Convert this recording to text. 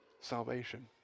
salvation